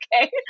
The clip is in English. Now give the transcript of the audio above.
okay